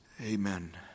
amen